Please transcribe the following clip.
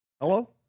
Hello